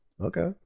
Okay